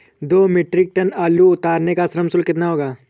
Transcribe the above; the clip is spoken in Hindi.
दो मीट्रिक टन आलू उतारने का श्रम शुल्क कितना होगा?